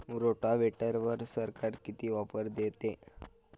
रोटावेटरवर सरकार किती ऑफर देतं?